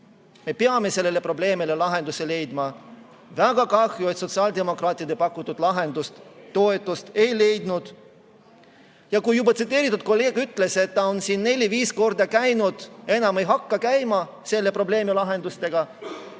Me peame sellele probleemile lahenduse leidma. Väga kahju, et sotsiaaldemokraatide pakutud lahendus toetust ei leidnud. Kui juba tsiteeritud kolleeg ütles, et ta on siin neli-viis korda käinud selle probleemi lahendustega